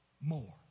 more